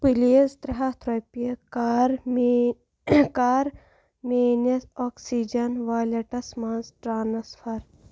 please ترٛےٚ ہَتھ رۄپیہِ کَر مےٚ کَر میٛٲنِس آکسیٖجن ویلٹس مَنٛز ٹرٛانٕسفر